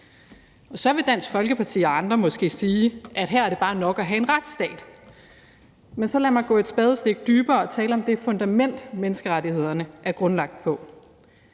Så vil Dansk Folkeparti og andre måske sige, at her er det bare nok at have en retsstat, men så lad mig gå et spadestik dybere og tale om det fundament, som menneskerettighederne er grundlagt på,